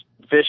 fish